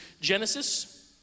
Genesis